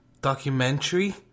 documentary